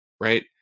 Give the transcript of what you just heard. right